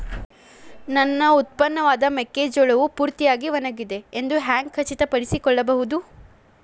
ನನ್ನ ಉತ್ಪನ್ನವಾದ ಮೆಕ್ಕೆಜೋಳವು ಪೂರ್ತಿಯಾಗಿ ಒಣಗಿದೆ ಎಂದು ಹ್ಯಾಂಗ ಖಚಿತ ಪಡಿಸಿಕೊಳ್ಳಬಹುದರೇ?